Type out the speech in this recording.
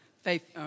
faith